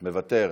מוותר.